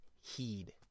heed